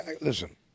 listen